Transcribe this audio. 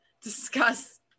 discuss